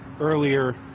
earlier